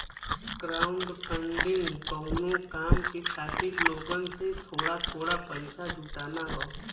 crowdfunding कउनो काम के खातिर लोगन से थोड़ा थोड़ा पइसा जुटाना हौ